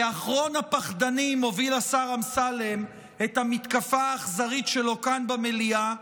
כאחרון הפחדנים הוביל השר אמסלם את המתקפה האכזרית שלו כאן במליאה,